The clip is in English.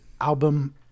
album